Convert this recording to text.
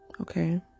Okay